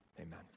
amen